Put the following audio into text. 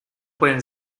pueden